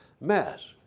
mess